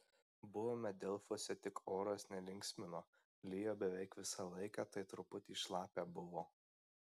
buvome delfuose tik oras nelinksmino lijo beveik visą laiką tai truputį šlapia buvo